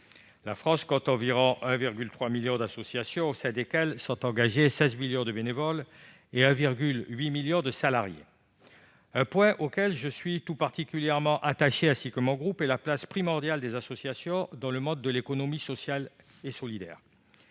La France compte environ 1,3 million d'associations au sein desquelles sont engagés 16 millions de bénévoles et 1,8 million de salariés. Un point auquel je suis tout particulièrement attaché, ainsi que mon groupe, est la place primordiale des associations dans le monde de l'économie sociale et solidaire